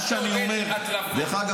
מה שאני אומר,